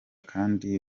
kandi